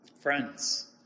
friends